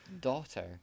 daughter